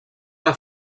una